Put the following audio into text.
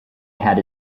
had